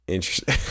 Interesting